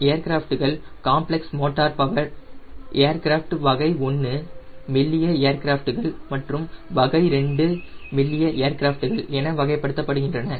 ஏர்கிராஃப்ட்கள் complex motor powered aircraft வகை 1 மெல்லிய ஏர்கிராப்ட்கள் மற்றும் வகை 2 மெல்லிய ஏர்கிராஃப்ட்கள் என வகைப்படுத்தப்படுகின்றன